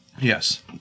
Yes